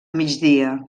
migdia